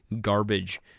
garbage